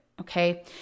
Okay